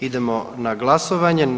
Idemo na glasovanje.